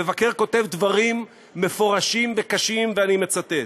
המבקר כותב דברים מפורשים וקשים, ואני מצטט: